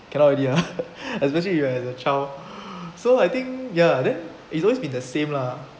cannot already ah especially you as a child so I think ya then it's always been the same lah